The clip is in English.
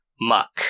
Muck